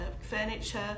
furniture